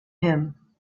him